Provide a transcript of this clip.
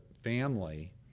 family